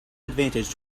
advantage